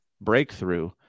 breakthrough